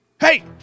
Hey